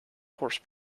horse